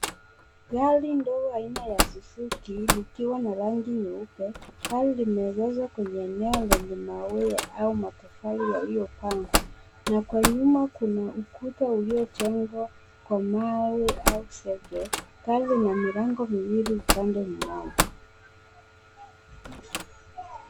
Gari ndogo aina ya Suzuki likiwa na rangi nyeupe. Gari limeegeshwa kwenye eneo lenye maua au matofali yaliyopangwa na kwa nyuma na ukuta uliojengwa kwa mawe au zege. Gari lina milango miwili upande mmoja.